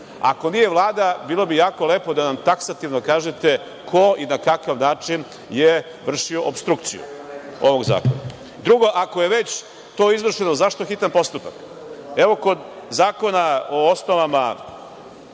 Ako nije Vlada, bilo bi jako lepo da nam taksativno kažete ko i na kakav način je vršio opstrukciju ovog Zakona? Drugo, ako je to izvršeno zašto je hitan postupak? Evo kod Zakona o osnovama